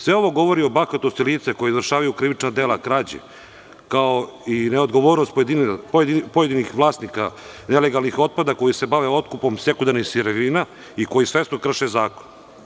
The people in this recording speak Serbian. Sve ovo govori o bahatosti lica koja izvršavaju krivična dela krađe, kao i neodgovornost pojedinih vlasnika nelegalnih otpada koji se bave otkupom sekundarnih sirovina i koji svesno krše zakon.